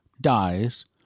dies